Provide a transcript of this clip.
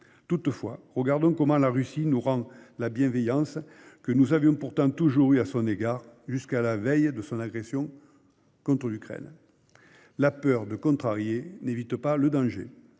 Toutefois, regardons comment la Russie nous rend la bienveillance que nous avions toujours eue à son égard jusqu'à la veille de son agression contre l'Ukraine ... La peur de contrarier n'évite pas le danger